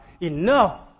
enough